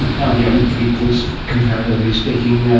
how young people's, comparatively speaking, ah